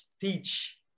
teach